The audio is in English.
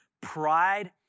pride